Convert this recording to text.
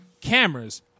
cameras